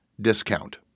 discount